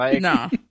no